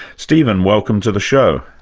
steven, welcome to the show.